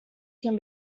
can